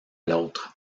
l’autre